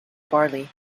barley